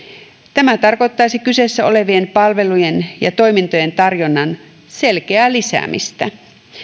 tämä tarkoittaisi kyseessä olevien palvelujen ja toimintojen tarjonnan selkeää lisäämistä